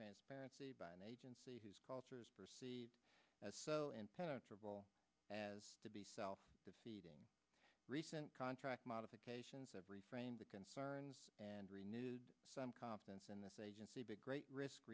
transparency by an agency whose culture is perceived as so and penetrable as to be self defeating recent contract modifications every frame the concerns and renewed some confidence in this agency big great risk